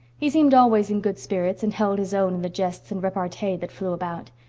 he seemed always in good spirits, and held his own in the jests and repartee that flew about.